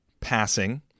passing